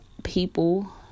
people